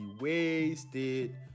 wasted